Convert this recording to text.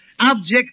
Object